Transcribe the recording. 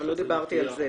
אבל לא דיברתי על זה,